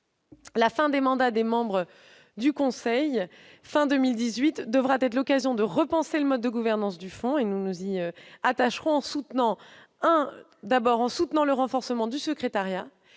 terme des mandats des membres du conseil, à la fin de 2018, devra être l'occasion de repenser le mode de gouvernance du fonds. Nous nous y attacherons en soutenant le renforcement du secrétariat